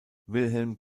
wilhelm